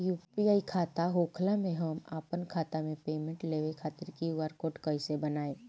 UPI खाता होखला मे हम आपन खाता मे पेमेंट लेवे खातिर क्यू.आर कोड कइसे बनाएम?